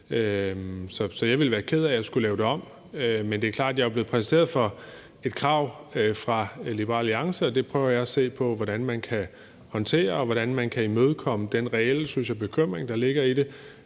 Så jeg ville være ked af at skulle lave den om, men det er klart, at jeg er blevet præsenteret for et krav fra Liberal Alliance, og det prøver jeg at se på hvordan man kan håndtere, og hvordan man kan imødekomme den reelle, synes jeg, bekymring, der ligger i det,